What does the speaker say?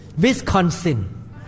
Wisconsin